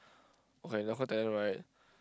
okay local talent right